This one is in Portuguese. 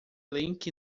link